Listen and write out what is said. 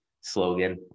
slogan